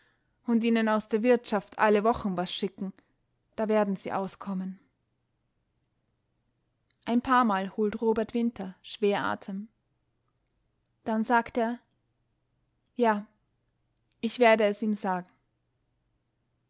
und ihnen aus der wirtschaft alle wochen was schicken da werden sie auskommen ein paarmal holt robert winter schwer atem dann sagt er ja ich werde es ihm sagen